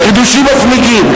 חידושים מפליגים.